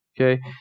okay